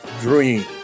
dream